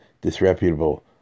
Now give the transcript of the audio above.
disreputable